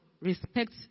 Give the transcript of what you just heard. respect